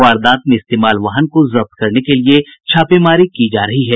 वारदात में इस्तेमाल वाहन को जब्त करने के लिए छापेमारी की जा रही है